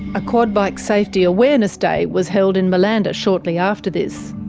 a quad bike safety awareness day was held in malanda shortly after this.